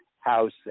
house